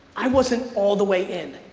i wasn't all the way in.